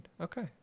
okay